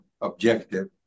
objective